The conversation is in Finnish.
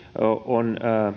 on